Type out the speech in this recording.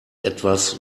etwas